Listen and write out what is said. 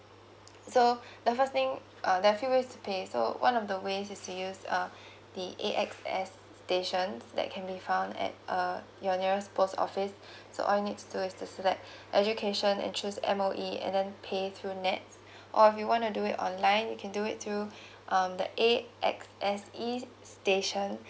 so the first thing uh there are few ways to pay so one of the ways is to use uh the A_X_S stations that can be found at uh your nearest post office so all you need to do is to select education and choose M_O_E and then pay through net or if you wanna do it online you can do it through um the A_X_S e station